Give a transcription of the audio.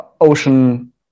Ocean